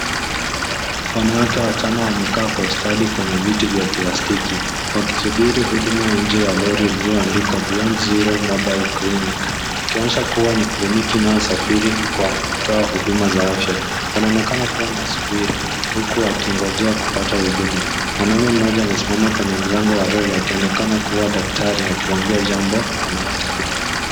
Wanawake watano wamekaa kwa ustadi kwenye viti vya plastiki wakisubiri huduma njee ya lori ilioandikwa beyond zero mobile clinic ikionyesha kuwa ni kliniki inayosafiri kwa kutoa huduma za afya unaonekana kuwa na subira huku wakingojea kupata huduma, mwanaume moja amesimama kwenye mlango wa lori akionekana kuwa daktari akiwambia jambo wanawake hao .